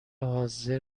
حاضر